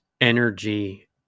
energy